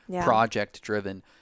project-driven